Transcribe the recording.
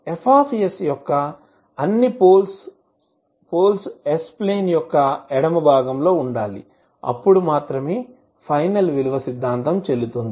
F యొక్క అన్ని poles 's' plane యొక్క ఎడమ భాగంలో ఉండాలి అప్పుడు మాత్రమే ఫైనల్ విలువ సిద్ధాంతం చెల్లుతుంది